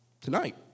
tonight